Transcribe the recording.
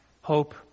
hope